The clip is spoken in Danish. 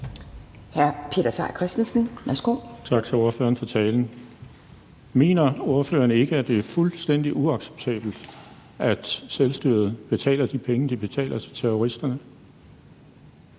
Peter Seier Christensen (NB): Tak til ordføreren for talen. Mener ordføreren ikke, at det er fuldstændig uacceptabelt, at selvstyret betaler de penge, de betaler, til terroristerne?